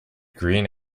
green